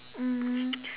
um